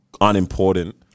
unimportant